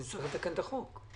נצטרך לתקן את החוק.